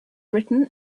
written